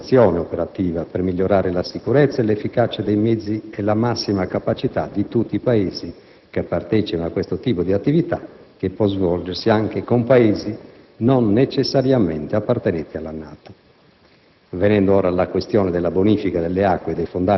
A tal fine, si ricerca la massima standardizzazione operativa per migliorare la sicurezza e l'efficacia dei mezzi e la massima capacità di tutti i Paesi partecipanti a questo tipo di attività, che può svolgersi anche con Paesi non necessariamente appartenenti alla NATO.